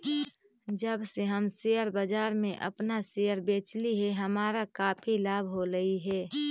जब से हम शेयर बाजार में अपन शेयर बेचली हे हमारा काफी लाभ होलई हे